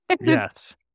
Yes